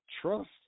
trust